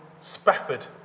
Spafford